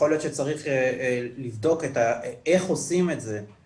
יכול להיות שצריך לבדוק איך עושים את זה ברמה